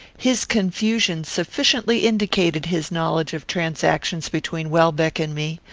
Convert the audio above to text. his confusion sufficiently indicated his knowledge of transactions between welbeck and me.